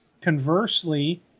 Conversely